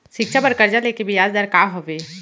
शिक्षा बर कर्जा ले के बियाज दर का हवे?